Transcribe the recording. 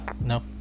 No